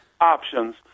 options